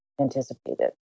Anticipated